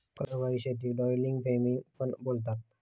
कोरडवाहू शेतीक dryland farming पण बोलतात